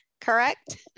correct